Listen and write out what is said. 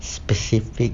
specific